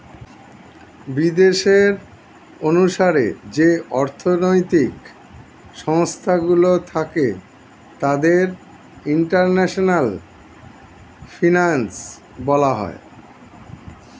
বিদেশের অনুসারে যে অর্থনৈতিক সংস্থা গুলো থাকে তাদের ইন্টারন্যাশনাল ফিনান্স বলা হয়